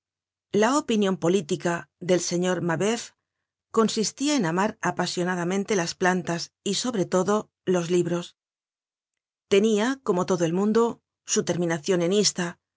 la opinion política del señor mabeuf consistia en amar apasionadamente las plantas y sobretodo los libros tenia como todo el mundo su terminacion en ista